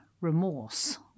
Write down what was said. remorse